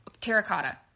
Terracotta